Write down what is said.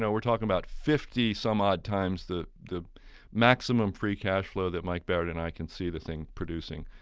so we're talking about fifty some odd times the the maximum free cash flow that mike barrett and i can see the thing producing,